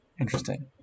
Interesting